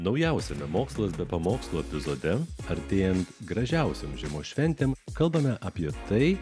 naujausiame mokslas be pamokslų epizode artėjant gražiausiom žiemos šventėm kalbame apie tai